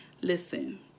Listen